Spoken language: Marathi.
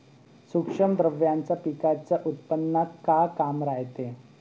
सूक्ष्म द्रव्याचं पिकाच्या उत्पन्नात का काम रायते?